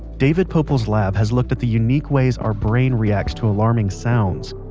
david poeppel's lab has looked at the unique ways our brain reacts to alarming sounds.